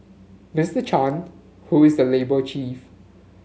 Mister Chan who is the labour chief